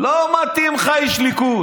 לא מתאים לך איש ליכוד.